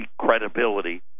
credibility